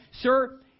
Sir